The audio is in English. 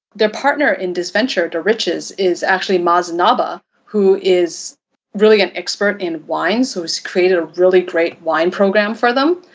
the partner in this venture, the riches, is actually mazznaba, who is really an expert in wines, who has created a really great wine program for them.